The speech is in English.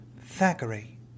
Thackeray